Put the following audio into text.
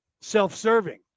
self-serving